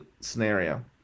scenario